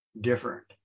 different